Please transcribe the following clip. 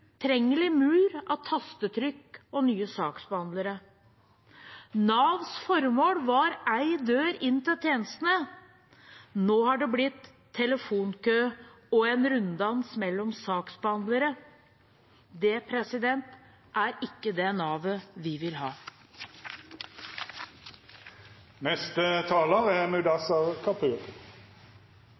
ugjennomtrengelig mur av tastetrykk og nye saksbehandlere. Navs formål var én dør inn til tjenestene. Nå har det blitt telefonkø og en runddans mellom saksbehandlere. Det er ikke det Nav-et vi vil ha. Norsk økonomi er